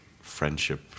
friendship